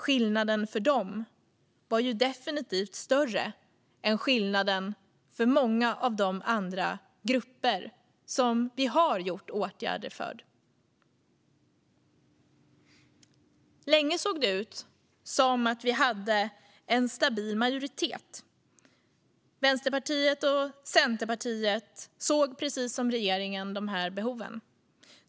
Skillnaden för den här gruppen var definitivt större än skillnaden för många av de andra grupper som vi har infört åtgärder för. Länge såg det ut som att vi hade en stabil majoritet. Vänsterpartiet och Centerpartiet såg precis som regeringen de här behoven.